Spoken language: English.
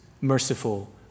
merciful